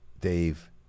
Dave